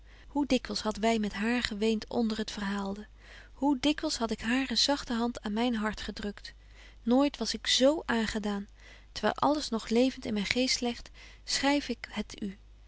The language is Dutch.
hoe dikwyls hadden wy met haar geweent onder het verhaalde hoe dikwyls had ik hare zagte hand aan myn hart gedrukt nooit was ik z aangedaan terwyl alles nog levent in myn geest legt schryf ik het u